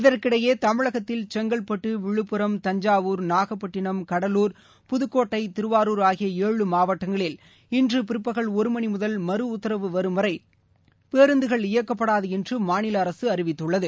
இதற்கிடையே தமிழகத்தில் செங்கல்பட்டு விழுப்புரம் தஞ்சாவூர் நாகப்பட்டினம் கடலூர் புதுக்கோட்டை திருவாரூர் ஆகிய ஏழு மாவட்டங்களில் இன்று பிற்பகல் ஒரு மணி முதல் மறு உத்தரவு வரும் வரை பேருந்துகள் இயக்கப்படாது என்று மாநில அரசு அறிவித்துள்ளது